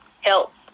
help